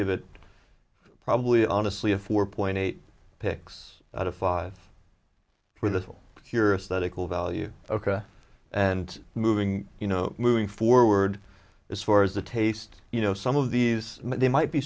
give it probably honestly a four point eight picks out a five for this will curious that equal value and moving you know moving forward as far as the taste you know some of these they might be